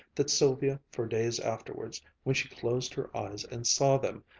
that sylvia for days afterwards, when she closed her eyes and saw them,